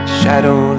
shadow